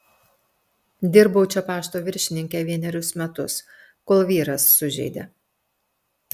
dirbau čia pašto viršininke vienerius metus kol vyras sužeidė